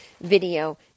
video